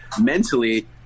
mentally